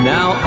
Now